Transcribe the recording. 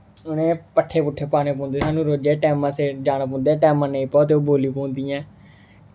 उ'नें ई पट्ठे पुट्ठे पाने पौंदे रोजै टैमा सिर जाना पौंदा ऐ टैमा नेईं पाओ तां बोली पौंदियां ऐ